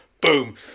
Boom